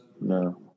No